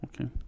Okay